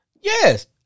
Yes